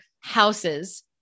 houses